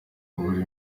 buri